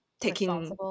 taking